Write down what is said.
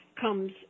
comes